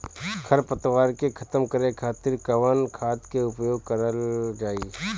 खर पतवार के खतम करे खातिर कवन खाद के उपयोग करल जाई?